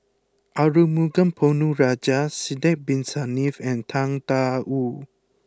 Arumugam Ponnu Rajah Sidek bin Saniff and Tang Da Wu